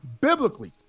biblically